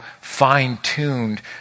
fine-tuned